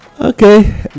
Okay